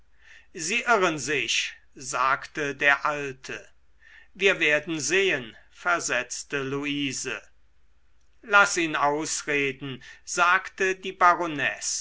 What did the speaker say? sie irren sich sagte der alte wir werden sehen versetzte luise laß ihn ausreden sagte die